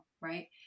Right